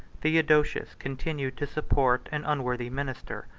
theodosius continued to support an unworthy minister,